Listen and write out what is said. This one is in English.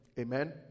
Amen